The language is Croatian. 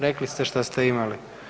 Rekli ste šta ste imali.